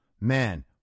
man